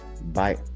Bye